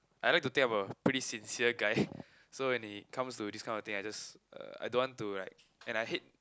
I like tell about pretty sincere guy so when they comes to this kind of thing I just uh I don't want to like and I hate